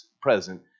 present